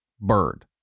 bird